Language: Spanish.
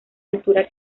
altura